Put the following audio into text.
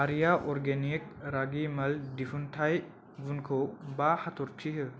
Arya organic ragi malt दिहुनथाइ गुनखौ बा हाथरखि हो